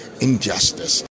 injustice